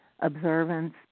observance